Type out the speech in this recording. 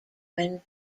when